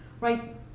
right